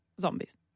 zombies